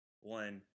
one